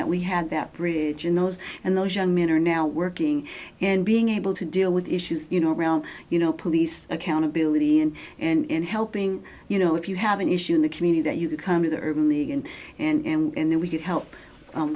that we had that bridge in those and those young men are now working and being able to deal with issues you know around you know police accountability and and helping you know if you have an issue in the community that you come to the urban league and and then we can help